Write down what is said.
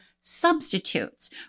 substitutes